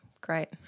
great